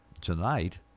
tonight